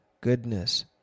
goodness